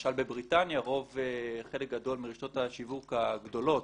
למשל בבריטניה חלק גדול מרשתות השיווק הגדולות,